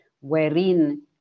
wherein